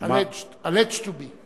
ש-alleged to be.